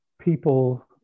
people